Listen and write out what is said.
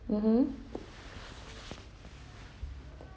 mmhmm